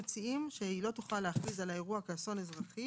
הממשלה מציעה שהיא לא תוכל להכריז על האירוע כאסון אזרחי